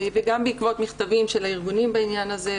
וגם בעקבות מכתבים של הארגונים בעניין הזה,